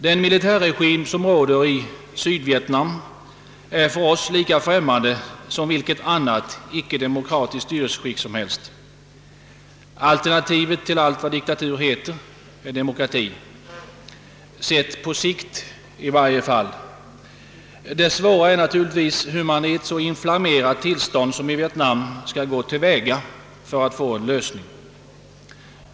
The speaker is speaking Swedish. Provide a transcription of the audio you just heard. Den militärregim som råder i Sydvietnam är för oss lika främmande som vilket annat icke demokratiskt styrelseskick som helst. Alternativet till allt vad diktatur heter är demokrati — på sikt sett i varje fall. Det svåra är naturligtvis hur man skall gå till väga i ett så in 'flammerat tillstånd som det som råder i Vietnam.